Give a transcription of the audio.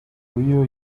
ryō